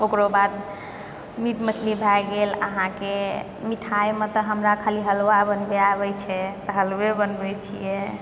ओकरो बाद मीट मछली भए गेल अहाँके मिठाइ मतलब हमरा खाली हलुआ बनबै आबै छै हलुवे बनबै छियै